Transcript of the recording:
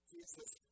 Jesus